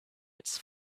its